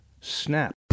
Snap